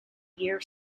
year